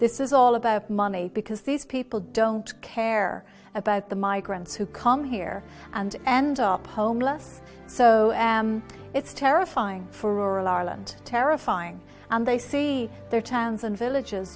this is all about money because these people don't care about the migrants who come here and end up homeless so it's terrifying for rural arland terrifying and they see their towns and villages